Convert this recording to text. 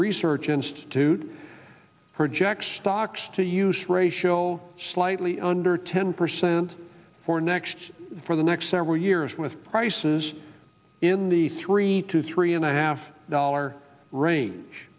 research institute her jack stocks to use ratio slightly under ten percent for next for the next several years with prices in the three to three and a half dollar range